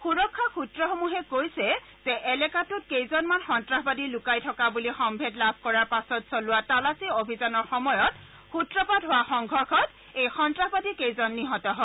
সুৰক্ষা সূত্ৰসমূহে কৈছে যে এলেকাটোত কেইজনমান সন্তাসবাদী লুকাই থকা বুলি সম্ভেদ লাভ কৰাৰ পাছত চলোৱা তালাচী অভিযানৰ সময়ত সূত্ৰপাত হোৱা সংঘৰ্যত এই সন্তাসবাদীকেইজন নিহত হয়